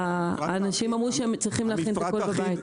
שאנשים אמרו שהם צריכים להכין את הכול בבית.